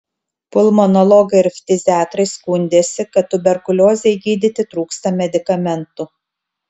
pulmonologai ir ftiziatrai skundėsi kad tuberkuliozei gydyti trūksta medikamentų